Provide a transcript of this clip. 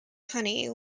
honey